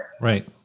Right